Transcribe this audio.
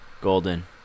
Golden